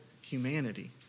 humanity